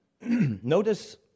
Notice